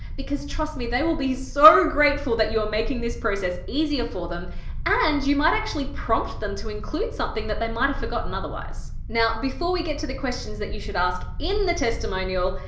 because trust me, they will be so grateful that you're making this process easier for them and you might actually prompt them to include something that they might've forgotten otherwise. now, before we get to the questions that you should ask in the testimonial,